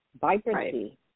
Vibrancy